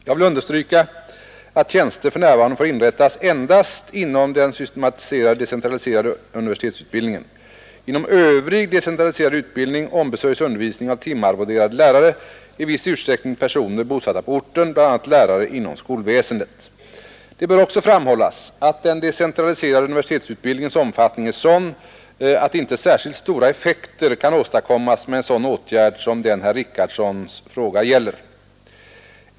Jag vill understryka att tjänster för närvarande får inrättas endast inom den systematiserade decentraliserade universitetsutbildningen. Inom övrig decentraliserad utbildning ombesörjs undervisningen av timarvoderade lärare, i viss utsträckning personer bosatta på orten, bl.a. lärare inom skolväsendet. Det bör också framhållas, att den decentraliserade universitetsutbildningens omfattning är sådan att inte särskilt stora effekter kan åstadkommas med en sådan åtgärd som den herr Richardsons fråga gäller.